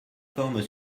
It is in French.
forme